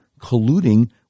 colluding